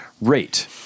rate